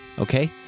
okay